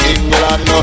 England